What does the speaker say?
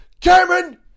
Cameron